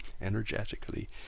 energetically